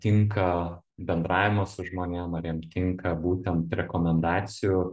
tinka bendravimas su žmonėm ar jam tinka būtent rekomendacijų